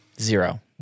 zero